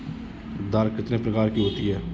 दाल कितने प्रकार की होती है?